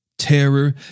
Terror